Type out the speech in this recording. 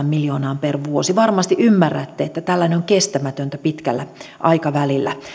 miljoonaa per vuosi varmasti ymmärrätte että tällainen on kestämätöntä pitkällä aikavälillä